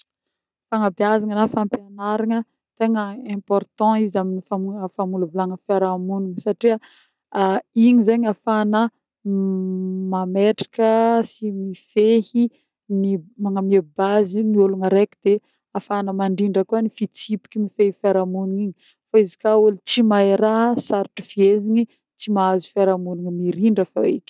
Fagnabezana na fampianaragna tegna important izy amin'ny famo- famolavolana fiarahamonina satria igny zany ahafahana mametraka sy mifehy ny magnomia base ny olona reka de afahana mandrindra koà ny fitsipiky mifehy fiarahamonina igny fa izy koà ôlo tsy mahe raha, sarotry fihezigny tsy mahazo fiarahamonina mirindra feky.